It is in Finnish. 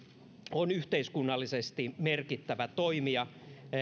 on yhteiskunnallisesti merkittävä toimija